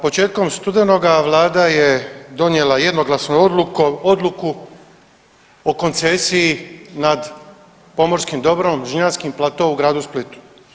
Početkom studenoga Vlada je donijela jednoglasnom odluku o koncesiji nad pomorskim dobrom, Žnjanski plato u gradu Splitu.